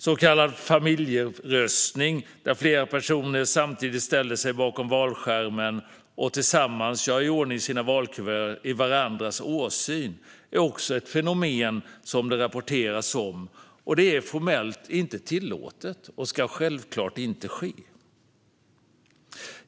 Så kallad familjeröstning, där flera personer samtidigt ställer sig bakom valskärmen och tillsammans gör i ordning sina valkuvert i varandras åsyn, är också ett fenomen som det rapporteras om. Det är formellt inte tillåtet och ska självklart inte ske.